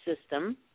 system